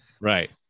Right